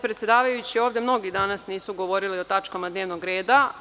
Predsedavajući, ovde mnogi danas nisu govorili o tačkama dnevnog reda.